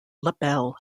labelle